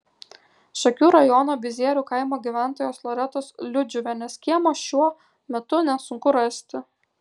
šakių rajono bizierių kaimo gyventojos loretos liudžiuvienės kiemą šiuo metu nesunku rasti